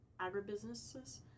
agribusinesses